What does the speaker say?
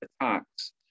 attacks